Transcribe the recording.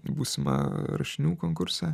būsimą rašinių konkursą